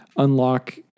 unlock